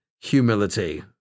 humility